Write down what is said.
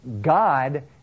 God